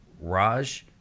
Raj